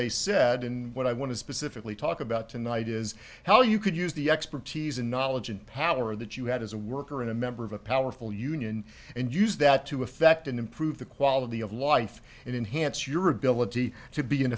they said and what i want to specifically talk about tonight is how you could use the expertise and knowledge and power that you had as a worker in a member of a powerful union and use that to affect and improve the quality of life and enhanced your ability to be an